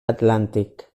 atlàntic